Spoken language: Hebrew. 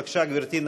בבקשה גברתי,